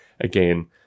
again